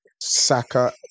Saka